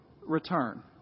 return